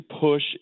push